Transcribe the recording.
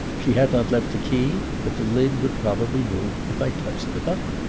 she had not left the key, but the lid would probably move if i touched the button.